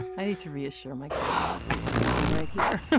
i need to reassure my clients, something, right here.